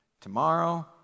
tomorrow